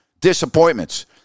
disappointments